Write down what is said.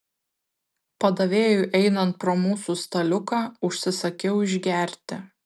padavėjui einant pro mūsų staliuką užsisakiau išgerti